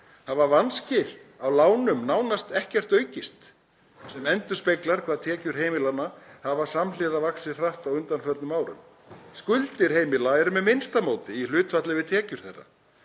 hafa vanskil á lánum nánast ekkert aukist, sem endurspeglar hve tekjur heimilanna hafa samhliða vaxið hratt á undanförnum árum. Skuldir heimila eru með minnsta móti í hlutfalli við tekjur þeirra.